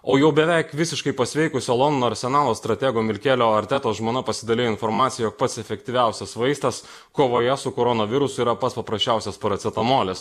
o jau beveik visiškai pasveikusio londono arsenalo stratego mirkelio arteto žmona pasidalijo informacija jog pats efektyviausias vaistas kovoje su koronavirusu yra pats paprasčiausias paracetamolis